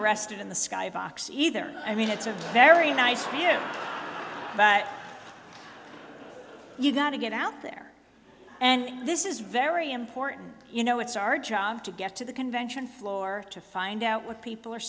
arrested in the sky box either i mean it's a very nice theory but you've got to get out there and this is very important you know it's our job to get to the convention floor to find out what people are